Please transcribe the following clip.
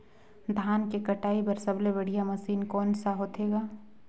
धान के कटाई बर सबले बढ़िया मशीन कोन सा होथे ग?